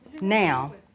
now